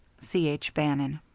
c. h. bannon.